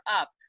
up